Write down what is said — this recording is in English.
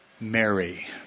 Mary